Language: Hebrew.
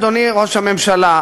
אדוני ראש הממשלה,